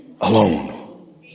alone